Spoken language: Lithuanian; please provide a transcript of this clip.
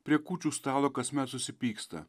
prie kūčių stalo kasmet susipyksta